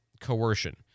coercion